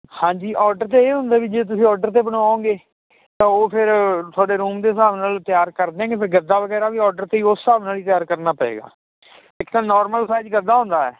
ਹਾਂਜੀ ਓਡਰ ਤੇ ਇਹ ਹੁੰਦਾ ਵੀ ਜੇ ਤੁਸੀਂ ਓਡਰ ਤੇ ਬਣਵਾਓਂਗੇ ਤਾਂ ਉਹ ਫੇਰ ਥੋਡੇ ਰੂਮ ਦੇ ਸਾਬ ਨਾਲ ਤਿਆਰ ਕਰ ਦਿਆਂਗੇ ਫੇਰ ਗੱਦਾ ਵਗੈਰਾ ਵੀ ਓਡਰ ਤੇ ਉਸ ਸਾਬ ਨਾਲ ਈ ਤਿਆਰ ਕਰਨਾ ਪਏਗਾ ਇੱਕ ਤਾਂ ਨੌਰਮਲ ਸੈਜ ਗੱਦਾ ਹੁੰਦਾ ਐ